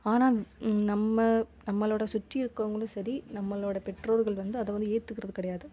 ஆனாலும் நம்ம நம்மளோடய சுற்றி இருக்கிறவங்களும் சரி நம்மளோடய பெற்றோர்கள் வந்து அதை வந்து ஏத்துக்கிறது கிடையாது